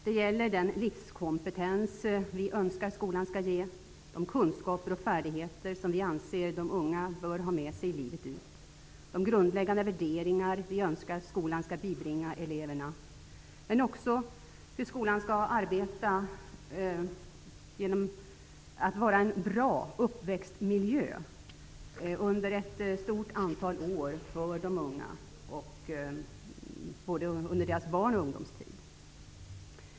Det gäller den livskompetens som vi önskar skolan skall ge, de kunskaper och färdigheter som vi anser de unga bör ha med sig livet ut, de grundläggande värderingar vi önskar att skolan skall bibringa eleverna, men också hur skolan skall arbeta och vara en bra uppväxtmiljö under ett stort antal år för de unga under deras barndoms och ungdomsår.